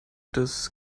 des